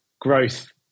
growth